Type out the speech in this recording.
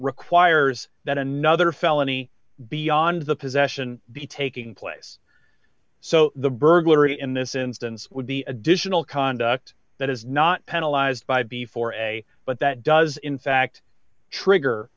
requires that another felony beyond the possession be taking place so the burglar in this instance would be additional conduct that is not penalize by before a but that does in fact trigger